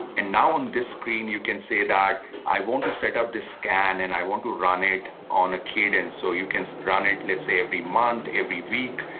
and now, on this screen, you can say that i want to set up the scan and i want to run it on a cadence, so you can run it, let's say every month, every week.